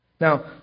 Now